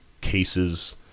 cases